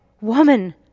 woman